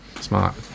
Smart